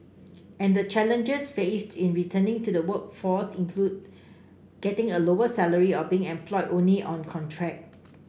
and the challenges faced in returning to the workforce include getting a lower salary or being employed only on contract